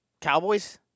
Cowboys